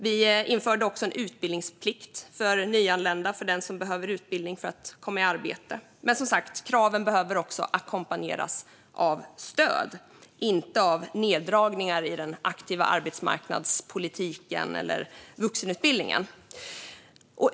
Vi införde också en utbildningsplikt för nyanlända som behöver utbildning för att komma i arbete, men kraven behöver som sagt ackompanjeras av stöd, inte av neddragningar i den aktiva arbetsmarknadspolitiken och vuxenutbildningen.